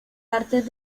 artes